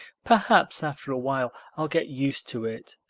perhaps after a while i'll get used to it,